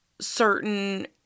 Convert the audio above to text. certain